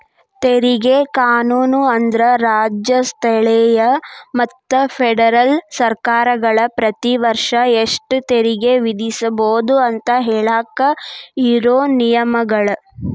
ತೆರಿಗೆ ಕಾನೂನು ಅಂದ್ರ ರಾಜ್ಯ ಸ್ಥಳೇಯ ಮತ್ತ ಫೆಡರಲ್ ಸರ್ಕಾರಗಳ ಪ್ರತಿ ವರ್ಷ ಎಷ್ಟ ತೆರಿಗೆ ವಿಧಿಸಬೋದು ಅಂತ ಹೇಳಾಕ ಇರೋ ನಿಯಮಗಳ